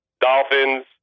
Dolphins